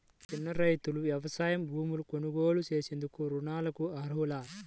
చిన్న రైతులు వ్యవసాయ భూములు కొనుగోలు చేసేందుకు రుణాలకు అర్హులా?